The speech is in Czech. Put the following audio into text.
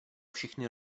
všechny